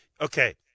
Okay